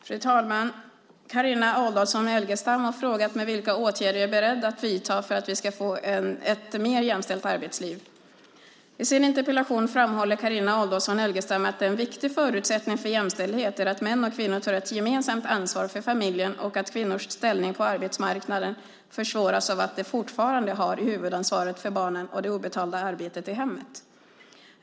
Fru talman! Carina Adolfsson Elgestam har frågat mig vilka åtgärder jag är beredd att vidta för att vi ska få ett mer jämställt arbetsliv. I sin interpellation framhåller Carina Adolfsson Elgestam att en viktig förutsättning för jämställdhet är att män och kvinnor tar ett gemensamt ansvar för familjen och att kvinnors ställning på arbetsmarknaden försvåras av att de fortfarande har huvudansvaret för barnen och det obetalda arbetet i hemmet.